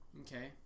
Okay